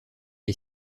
est